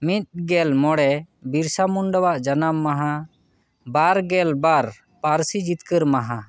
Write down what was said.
ᱢᱤᱫᱜᱮᱞ ᱢᱚᱬᱮ ᱵᱤᱨᱥᱟᱢᱩᱱᱰᱟᱣᱟᱜ ᱡᱟᱱᱟᱢ ᱢᱟᱦᱟ ᱵᱟᱨᱜᱮᱞ ᱵᱟᱨ ᱯᱟᱹᱨᱥᱤ ᱡᱤᱛᱠᱟᱹᱨ ᱢᱟᱦᱟ